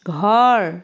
ঘৰ